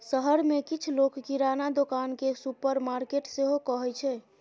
शहर मे किछ लोक किराना दोकान केँ सुपरमार्केट सेहो कहै छै